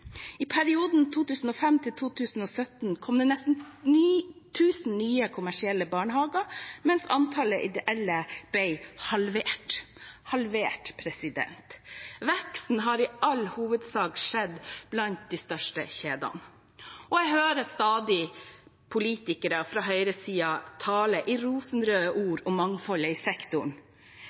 I perioden 2005–2017 kom det nesten 1 000 nye kommersielle barnehager, mens antallet ideelle ble halvert – halvert. Veksten har i all hovedsak skjedd blant de største kjedene. Jeg hører stadig politikere fra høyresiden tale rosenrøde ord om mangfoldet i sektoren,